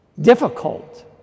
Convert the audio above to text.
difficult